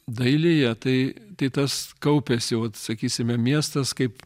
dailėje tai tai tas kaupiasi uot sakysime miestas kaip